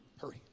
Hurry